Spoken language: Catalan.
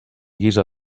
guisa